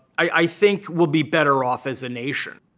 i think we'll be better off as a nation.